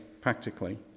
practically